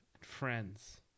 Friends